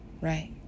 right